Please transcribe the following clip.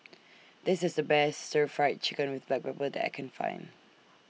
This IS The Best Stir Fried Chicken with Black Pepper that I Can Find